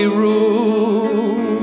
room